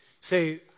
Say